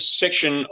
section